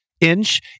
inch